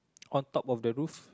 on top of the roof